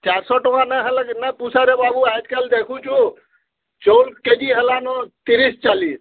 ଚାଏର୍ ଶହ ଟଙ୍କା ନାଇ ହେଲେ ରେ ନାଇ ପୁଷାଏରେ ବାବୁ ଆଏଜ୍ କାଏଲ୍ ଦେଖୁଛୁ ଚାଉଲ୍ କେଜି ହେଲାନ ତିରିଶ୍ ଚାଲିଶ୍